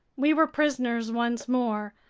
we were prisoners once more,